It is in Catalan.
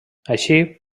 així